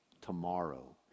tomorrow